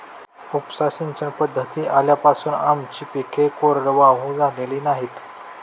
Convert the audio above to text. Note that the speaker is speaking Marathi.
उपसा सिंचन पद्धती आल्यापासून आमची पिके कोरडवाहू झालेली नाहीत